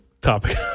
topic